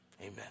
Amen